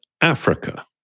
Africa